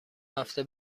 هفته